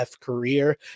career